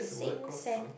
sink sank